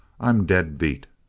i'm dead beat!